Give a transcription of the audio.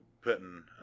putting